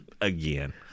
again